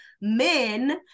men